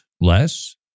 less